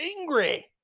angry